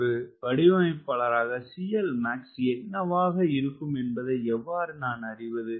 ஒரு வடிவமைப்பாளராக CLmax என்னவாக இருக்கும் என்பதை எவ்வாறு நான் அறிவது